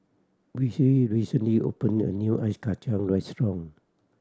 Vicy recently opened a new Ice Kachang restaurant